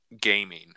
gaming